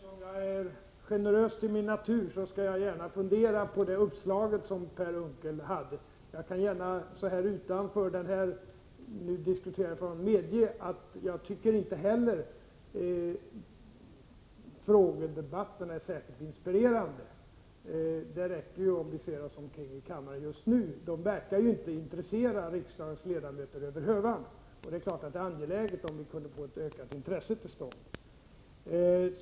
Herr talman! Eftersom jag är generös till min natur, skall jag gärna fundera på Per Unckels uppslag. Utanför den nu diskuterade frågan kan jag gärna medge att jag inte heller tycker att frågedebatterna är särskilt inspirerande. Det räcker att se sig omkring i kammaren just nu — riksdagens ledamöter verkar inte vara intresserade över hövan. Det är klart att det vore angeläget att få till stånd ett ökat intresse.